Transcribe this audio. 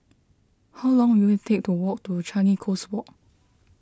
how long will it take to walk to Changi Coast Walk